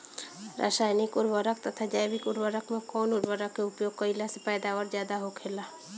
रसायनिक उर्वरक तथा जैविक उर्वरक में कउन उर्वरक के उपयोग कइला से पैदावार ज्यादा होखेला?